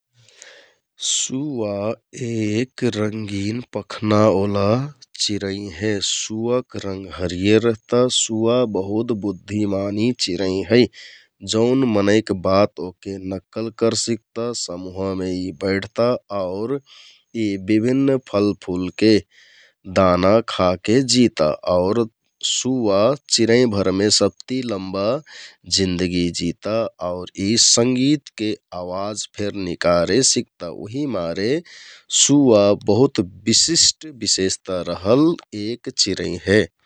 सुवा एक रंगिन पखनाओला चिरैं हे । सुवाक रंग हरियर रहता । सुवा बहुत बुद्धिमानि चिरैं है जौन मनैंक ओहके नक्कल करेसिकता, समुहमे यि बैठता आउर यि बिभिन्न फलफुलके दाना खाके जिता । आउर सुवा चिरैंभरमे सबति लम्बा जिन्दगि जिता । आउर यि संगितके आवाज फेर निकारे सिकता । उहिमारे सुवा बहुत बिशिष्ट बिशेषता रहल एक चिरैं हे ।